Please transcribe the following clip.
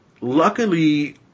luckily